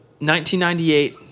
1998